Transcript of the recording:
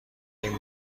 این